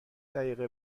دقیقه